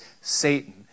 Satan